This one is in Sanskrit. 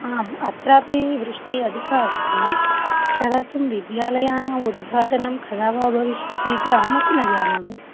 आम् अत्रापि वृष्टिः अधिका अस्ति तदर्थं विद्यालयानां उद्घाटनं कदा वा भविष्यति इति अहमपि न जानामि